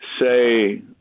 say